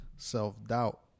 self-doubt